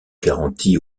garanties